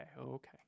okay